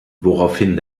woraufhin